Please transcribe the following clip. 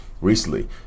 recently